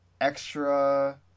extra